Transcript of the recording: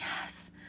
yes